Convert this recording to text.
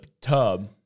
tub